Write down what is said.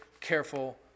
careful